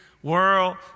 World